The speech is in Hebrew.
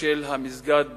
של המסגד ביאסוף,